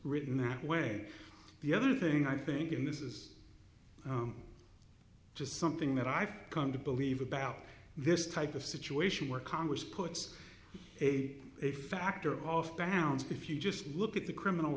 written that way the other thing i think in this is just something that i've come to believe about this type of situation where congress puts a factor of background if you just look at the criminal